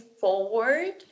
forward